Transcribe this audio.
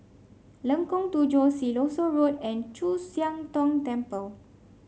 Lengkong Tujuh Siloso Road and Chu Siang Tong Temple